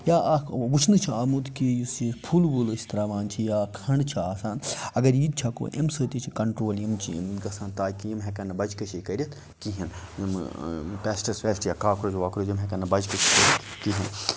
یا اکھ وٕچھنہٕ چھُ آمُت کہِ یُس یہِ پھُل وُل أسۍ تراوان چھِ یا کھنٛڈ چھ آسان اَگَر یِتہِ چھَکو امہِ سۭتۍ تہِ چھُ کَنٹرول یِم چیٖز گَژھان تاکہِ یِم ہیٚکَن نہٕ بَچہِ کشی کٔرِتھ کِہیٖنۍ یِم پیٚسٹس ویٚسٹس یا کوکروج ووکروج یِم ہیٚکَن نہٕ بَچہِ کشی کٔرِتھ کِہیٖنۍ